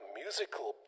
musical